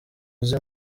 uzi